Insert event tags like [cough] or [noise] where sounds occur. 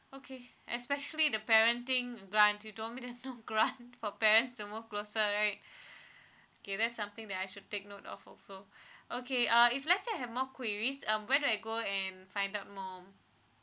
okay especially the parenting grant you told me [laughs] there's no grant for parents some more closer right [breath] K that's something that I should take note of also [breath] okay uh if let's say I have quarries um where do I go and find out more